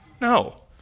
No